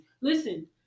listen